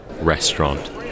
restaurant